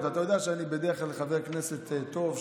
אתה יודע שאני בדרך כלל חבר כנסת טוב,